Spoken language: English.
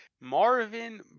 marvin